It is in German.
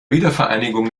wiedervereinigung